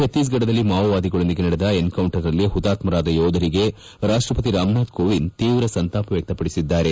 ಚಕ್ತೀಸ್ಫಡದಲ್ಲಿ ಮಾವೋವಾದಿಗಳೊಂದಿಗೆ ನಡೆದ ಎನ್ಕೌಂಟರ್ನಲ್ಲಿ ಹುತಾತ್ತರಾದ ಯೋಧರಿಗೆ ರಾಷ್ಷಪತಿ ರಾಮನಾಥ್ ಕೋವಿಂದ್ ತೀವ್ರ ಸಂತಾಪ ವ್ಯಕ್ತಪಡಿಸಿದ್ದಾರೆ